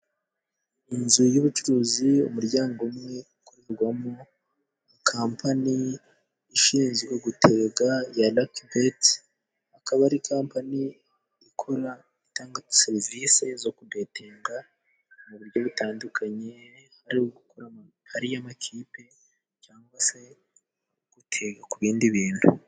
Inzu y'ubucuruzi umuryango umwe ukorerwamo kampani ishinzwe gutega ya rakibeti, akaba ari kampani ikora itanga serivisi zo kubetinga mu buryo butandukanye harimo: gukora ari y'amakipe cyangwa se gutega ku bindi bintu.